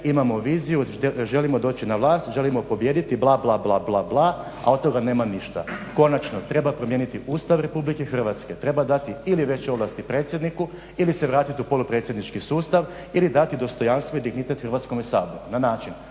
imamo viziju, želimo doći na vlast, želimo pobijediti, bla bla bla, a od toga nema ništa. Konačno, treba promijeniti Ustav Republike Hrvatske, treba dati ili veće ovlasti predsjedniku ili se vratiti u polupredsjednički sustav ili dati dostojanstvo i dignitet Hrvatskom saboru na način